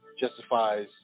justifies